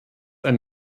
ein